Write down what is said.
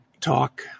talk